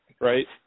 right